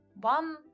One